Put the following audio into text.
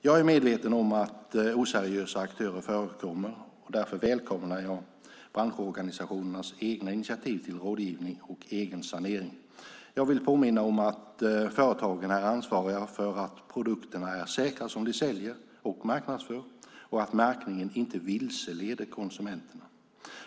Jag är medveten om att oseriösa aktörer förekommer, och därför välkomnar jag branschorganisationernas egna initiativ till rådgivning och egensanering. Jag vill påminna om att företagen är ansvariga för att produkterna är säkra som de säljer och marknadsför och att märkningen inte vilseleder konsumenterna.